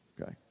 okay